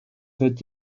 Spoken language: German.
wird